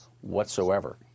whatsoever